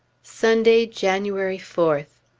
sunday, january fourth.